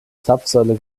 zapfsäule